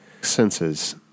Senses